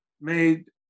made